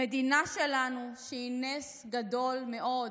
המדינה שלנו, שהיא נס גדול מאוד,